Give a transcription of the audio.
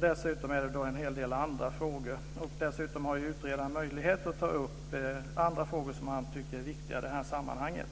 Det gäller också en hel del andra frågor. Dessutom har utredaren möjlighet att ta upp andra frågor som han tycker är viktiga i det här sammanhanget.